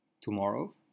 tomorrow